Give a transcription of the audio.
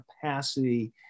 capacity